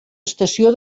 estació